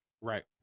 right